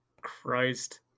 Christ